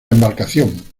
embarcación